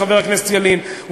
חבר הכנסת ילין,